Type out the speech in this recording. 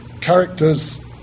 characters